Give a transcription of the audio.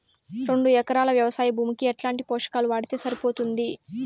రెండు ఎకరాలు వ్వవసాయ భూమికి ఎట్లాంటి పోషకాలు వాడితే సరిపోతుంది?